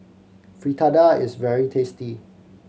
fritada is very tasty